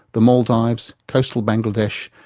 the maldives, coastal bangladesh,